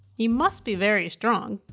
he must be very strong.